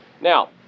Now